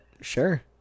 Sure